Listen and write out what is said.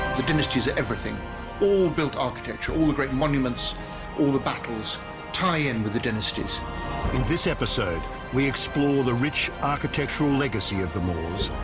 the dynasties are everything all built architecture all the great monuments all the battles tie in with the dynasties. in this episode we explore the rich architectural legacy of the moors.